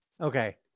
Okay